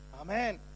Amen